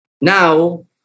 Now